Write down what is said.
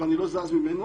ואני לא זז ממנו,